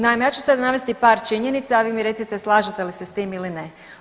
Naime, ja ću sad navesti par činjenica, a vi mi recite slažete li se s time ili ne.